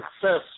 success